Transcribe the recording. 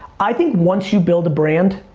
i think once you build a brand,